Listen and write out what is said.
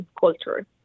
culture